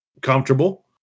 comfortable